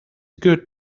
good